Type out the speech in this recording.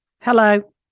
Hello